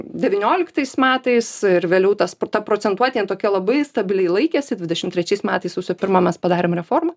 devynioliktais metais ir vėliau ta ta procentuotė jin tokia labai stabiliai laikėsi dvidešimt trečiais metais sausio pirmą mes padarėm reformą